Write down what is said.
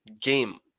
game